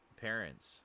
parents